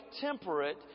temperate